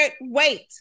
wait